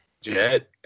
jet